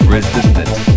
Resistance